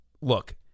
Look